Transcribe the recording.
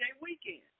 weekend